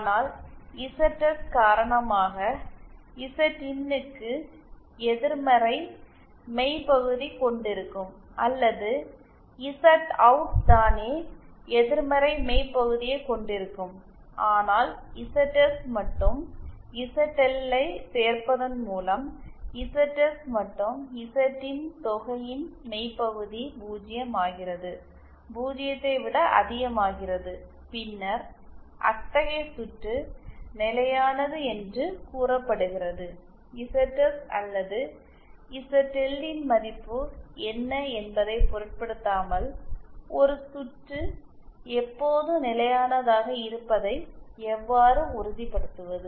ஆனால் இசட்எஸ் காரணமாக இசட்இன் க்கு எதிர்மறை மெய்பகுதி கொண்டு இருக்கும் அல்லது இசட்அவுட் தானே எதிர்மறை மெய் பகுதியைக் கொண்டிருக்கும் ஆனால் இசட்எஸ் மற்றும் இசட்எல் ஐச் சேர்ப்பதன் மூலம் இசட்எஸ் மற்றும் இசட்இன் தொகையின் மெய் பகுதி 0 ஆகிறது 0 ஐ விட அதிகமாகிறது பின்னர் அத்தகைய சுற்று நிலையானது என்று கூறப்படுகிறது இசட்எஸ் அல்லது இசட்எல் ன் மதிப்பு என்ன என்பதைப் பொருட்படுத்தாமல் ஒரு சுற்று எப்போதும் நிலையானதாக இருப்பதை எவ்வாறு உறுதிப்படுத்துவது